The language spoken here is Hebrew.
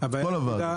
את כל הוועדה.